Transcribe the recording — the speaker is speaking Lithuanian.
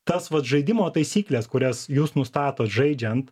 tas vat žaidimo taisyklės kurias jūs nustatot žaidžiant